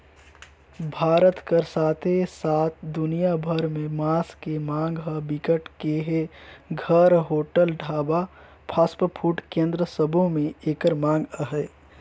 भारत कर साथे साथ दुनिया भर में मांस के मांग ह बिकट के हे, घर, होटल, ढाबा, फास्टफूड केन्द्र सबो में एकर मांग अहे